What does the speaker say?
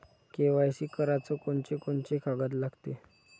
KYC कराच कोनचे कोनचे कागद लागते?